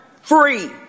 free